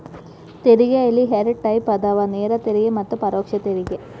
ತೆರಿಗೆಯಲ್ಲಿ ಎರಡ್ ಟೈಪ್ ಅದಾವ ನೇರ ತೆರಿಗೆ ಮತ್ತ ಪರೋಕ್ಷ ತೆರಿಗೆ